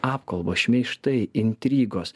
apkalbos šmeižtai intrigos